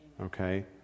okay